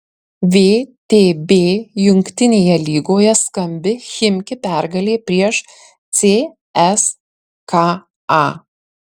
vtb jungtinėje lygoje skambi chimki pergalė prieš cska